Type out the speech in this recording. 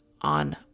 on